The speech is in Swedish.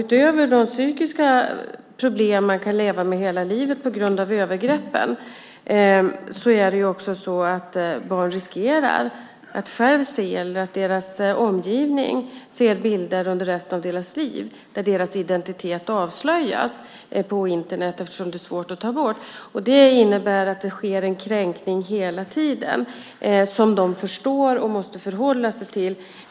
Utöver de psykiska problem på grund av övergrepp som man hela livet kan leva med riskerar barn, eller deras omgivning, att se bilder under resten av livet där deras identitet avslöjas på Internet eftersom det är svårt att ta bort bilderna. Det innebär att det hela tiden sker en kränkning som de förstår och måste förhålla sig till.